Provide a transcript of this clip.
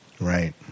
right